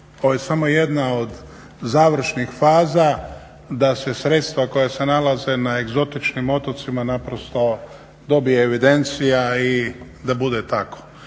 Ovo je samo jedna od završnih faza da se sredstva koja se nalaze na egzotičnim otocima naprosto dobije evidencija i da bude tako